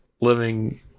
living